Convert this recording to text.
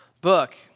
book